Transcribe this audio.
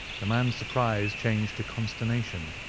the man's surprise changed to consternation.